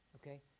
Okay